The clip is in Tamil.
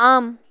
ஆம்